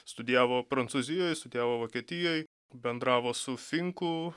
studijavo prancūzijoj studijavo vokietijoj bendravo su finku